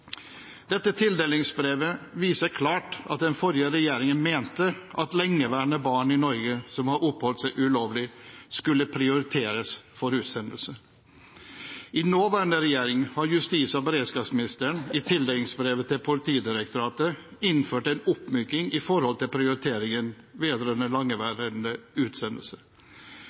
Dette tildelingsbrevet viser klart at den forrige regjeringen mente at lengeværende barn i Norge som har oppholdt seg ulovlig, skulle prioriteres for utsendelse. I nåværende regjering har justis- og beredskapsministeren i tildelingsbrevet til Politidirektoratet innført en oppmyking når det gjelder prioriteringen